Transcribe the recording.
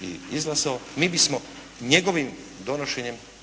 i izglasao, mi bismo njegovim donošenjem